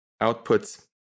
outputs